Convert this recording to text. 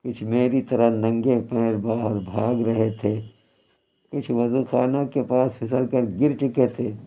کچھ میری طرح ننگے پیر باہر بھاگ رہے تھے کچھ وضو خانہ کے پاس پھسل کر گر چُکے تھے